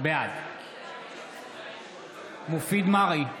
בעד מופיד מרעי,